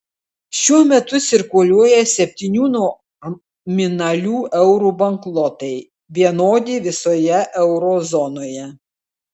šiuo metu cirkuliuoja septynių nominalų eurų banknotai vienodi visoje euro zonoje